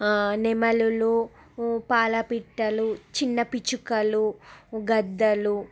నెమలులు పాలపిట్టలు చిన్న పిచ్చుకలు గద్దలు